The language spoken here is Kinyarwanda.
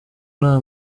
nta